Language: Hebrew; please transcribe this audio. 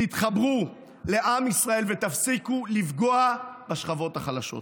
תתחברו לעם ישראל ותפסיקו לפגוע בשכבות החלשות.